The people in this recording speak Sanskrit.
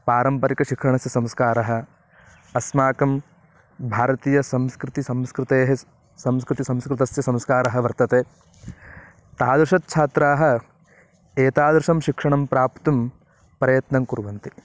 पारम्परिकशिक्षणस्य संस्कारः अस्माकं भारतीयसंस्कृतिः संस्कृतेः संस्कृतिः संस्कृतस्य संस्कारः वर्तते तादृशछात्राः एतादृशं शिक्षणं प्राप्तुं प्रयत्नं कुर्वन्ति